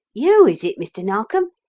you, is it, mr. narkom?